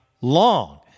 long